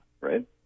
right